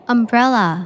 Umbrella